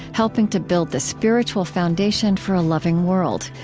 helping to build the spiritual foundation for a loving world.